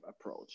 approach